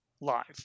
live